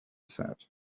said